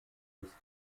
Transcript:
des